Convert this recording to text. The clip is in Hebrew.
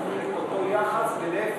אותו יחס ולהפך,